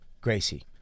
Gracie